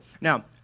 Now